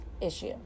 issue